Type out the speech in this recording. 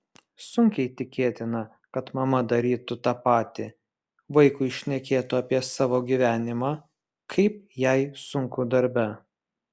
sunkiai tikėtina kad mama darytų tą patį vaikui šnekėtų apie savo gyvenimą kaip jai sunku darbe